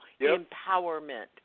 empowerment